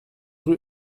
rue